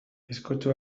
bizkotxo